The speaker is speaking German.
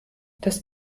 das